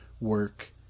work